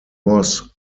was